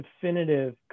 definitive